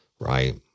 Right